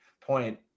point